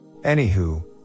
Anywho